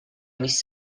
mis